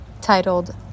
titled